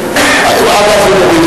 עד להסתייגות האחרונה שלך.